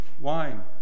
wine